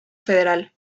federal